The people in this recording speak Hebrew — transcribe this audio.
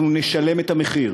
אנחנו נשלם את המחיר.